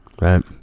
right